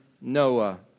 Noah